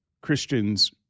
Christians